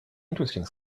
interesting